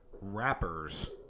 rappers